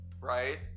Right